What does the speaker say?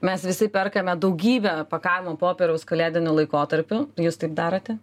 mes visi perkame daugybę pakavimo popieriaus kalėdiniu laikotarpiu jūs taip darote